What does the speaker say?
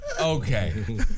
Okay